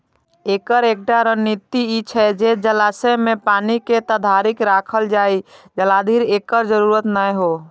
एकर एकटा रणनीति ई छै जे जलाशय मे पानि के ताधरि राखल जाए, जाधरि एकर जरूरत नै हो